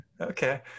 Okay